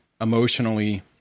emotionally